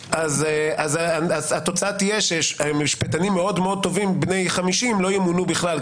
אז התוצאה שמשפטנים מאוד מאוד טובים בני 50 לא ימונו בכלל,